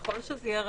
ככל שזה יהיה רלוונטי,